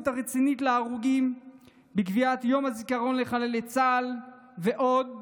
הרצינית להרוגים בקביעת יום הזיכרון לחללי צה"ל ועוד.